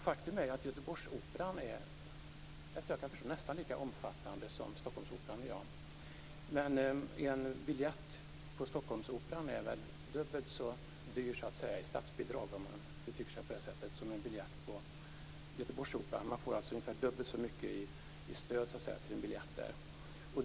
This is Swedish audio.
Faktum är att Göteborgsoperan är nästan lika omfattande som Stockholmsoperan i dag, men en biljett till Stockholmsoperan är dubbelt så dyr i statsbidrag som en biljett till Göteborgsoperan. Man får alltså ungefär dubbelt så mycket i stöd till en biljett där.